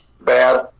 Bad